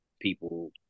people